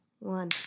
One